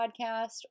podcast